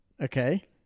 Okay